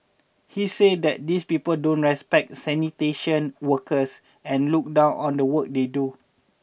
he says that these people don't respect sanitation workers and look down on the work they do